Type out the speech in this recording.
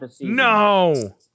no